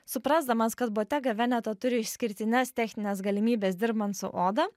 suprasdamas kad botega veneta turi išskirtines technines galimybes dirbant su oda